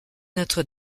notre